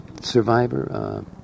Survivor